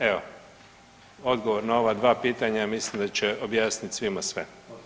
Evo, odgovor na ova dva pitanja mislim da će objasnit svima sve.